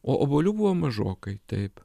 o obuolių buvo mažokai taip